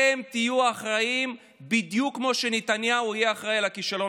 תודה, אדוני היושב-ראש.